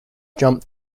jumped